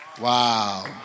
Wow